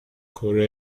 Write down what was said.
کره